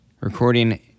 recording